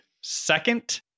second